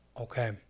Okay